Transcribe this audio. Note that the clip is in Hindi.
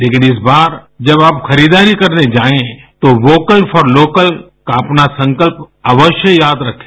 लेकिन इस बार जब आप खरीदारी करने जायें तो वोकल फॉर लोकल का अपना संकल्प अवश्य याद रखें